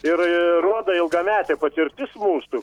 ir rodo ilgametė patirtis mūsų